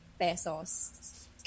pesos